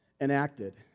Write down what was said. enacted